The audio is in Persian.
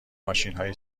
ماشینهای